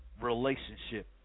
relationship